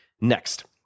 next